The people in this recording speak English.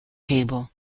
table